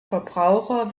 verbraucher